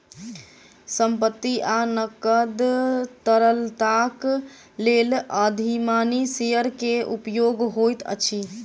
संपत्ति आ नकद तरलताक लेल अधिमानी शेयर के उपयोग होइत अछि